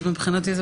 אז מבחינתי זה